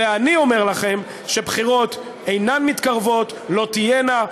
ואני אומר לכם שבחירות אינן מתקרבות, לא תהיינה.